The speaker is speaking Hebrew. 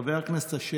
חבר הכנסת אשר,